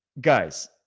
Guys